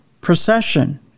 procession